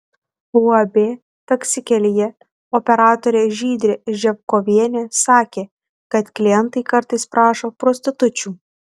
uab taksi kelyje operatorė žydrė ževkovienė sakė kad klientai kartais prašo prostitučių